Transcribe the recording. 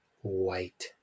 white